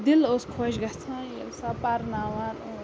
دِل اوس خۄش گَژھان ییٚلہِ سۄ پَرناوان اوس